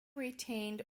retained